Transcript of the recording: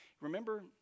Remember